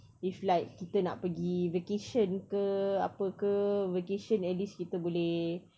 if like kita nak pergi vacation ke apa ke vacation at least kita boleh